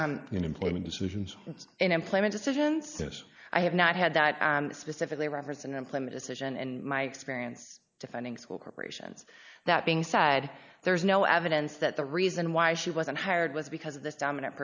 in employment decisions and in employment decisions i have not had that specifically referenced in employment decision and my experience defending school corporations that being said there's no evidence that the reason why she wasn't hired was because of this dominant